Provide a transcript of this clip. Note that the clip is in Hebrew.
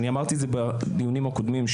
ואמרתי את זה גם בדיונים הקודמים,